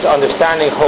Understanding